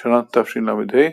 נכדו רבי לייבל אייגר ואדמו"רי